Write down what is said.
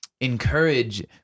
encourage